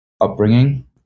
upbringing